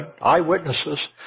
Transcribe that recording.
eyewitnesses